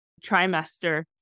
trimester